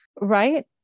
right